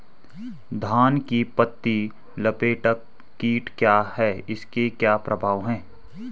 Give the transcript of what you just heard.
धान में पत्ती लपेटक कीट क्या है इसके क्या प्रभाव हैं?